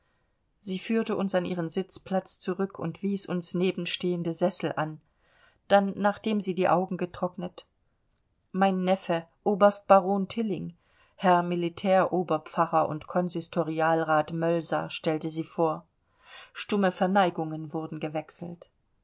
sie führte uns an ihren sitzplatz zurück und wies uns nebenstehende sessel an dann nachdem sie die augen getrocknet mein neffe oberst baron tilling herr militäroberpfarrer und konsistorialrat mölser stellte sie vor stumme verneigungen wurden gewechselt